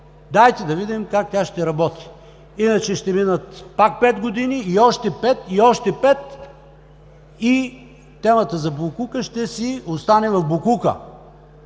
дайте да видим как тя ще работи. Иначе, ще минат пак пет години, още пет и още пет, и темата за боклука ще си остане в боклука.